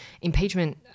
impeachment